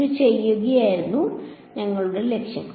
ഇത് ചെയ്യുകയായിരുന്നു ഞങ്ങളുടെ ലക്ഷ്യം